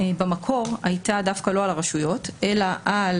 במקור הייתה דווקא לא על הרשויות אלא על